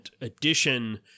edition